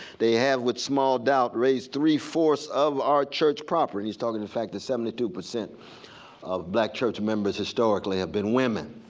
they have with small doubt raised three-fourths of our church property. he's talking the fact that seventy two percent of black church members historically have been women,